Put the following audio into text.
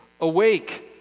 Awake